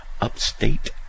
upstate